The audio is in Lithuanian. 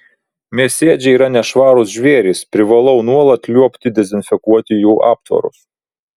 mėsėdžiai yra nešvarūs žvėrys privalau nuolat liuobti dezinfekuoti jų aptvarus